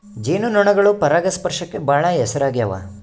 ಜೇನು ನೊಣಗಳು ಪರಾಗಸ್ಪರ್ಶಕ್ಕ ಬಾಳ ಹೆಸರಾಗ್ಯವ